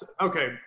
okay